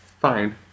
fine